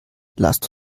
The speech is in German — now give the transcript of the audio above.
lasst